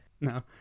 No